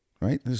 right